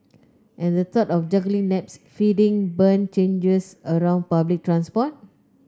and the thought of juggling naps feeding bum changes around public transport